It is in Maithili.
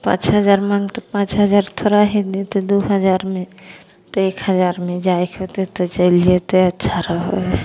पाँच हजार माँगतै पाँच हजार थोड़ा ही देतै दुइ हजारमे एक हजारमे जाइके होतै तऽ चलि जएतै अच्छा रहै हइ